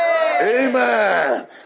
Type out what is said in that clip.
Amen